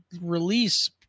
release